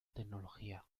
tecnología